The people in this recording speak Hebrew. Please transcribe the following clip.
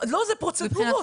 לא, זה פרוצדורות.